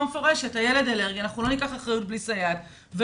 מפורשת שהם לא ייקחו אחריות ללא סייעת לילד אלרגי,